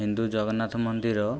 ହିନ୍ଦୁ ଜଗନ୍ନାଥ ମନ୍ଦିର